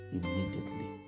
immediately